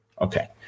okay